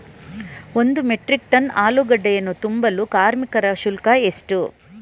ಒಂದು metric tonne ಆಲೂಗೆಡ್ಡೆಯನ್ನು ತುಂಬಲು ಕಾರ್ಮಿಕರ ಶುಲ್ಕ ಎಷ್ಟು?